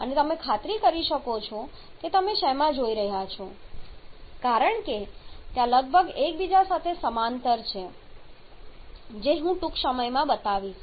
અને તમે ખાતરી કરો કે તમે શેમાં જોઈ રહ્યા છો કારણ કે ત્યાં લગભગ એકબીજા સાથે સમાંતર છે જે હું ટૂંક સમયમાં બતાવીશ